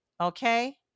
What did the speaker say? Okay